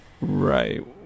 Right